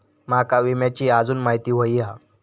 माका विम्याची आजून माहिती व्हयी हा?